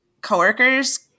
coworkers